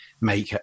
make